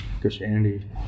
Christianity